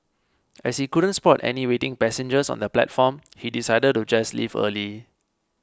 as he couldn't spot any waiting passengers on the platform he decided to just leave early